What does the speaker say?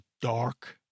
dark